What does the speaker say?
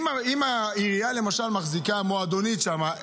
אם העירייה למשל מחזיקה מועדונית שם,